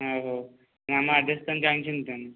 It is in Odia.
ଆଁ ହଉ ଆମ ଆଡ଼୍ରେସ ତାନେ ଜାଣିଛନ୍ତି ତାନେ